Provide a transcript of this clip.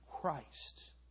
Christ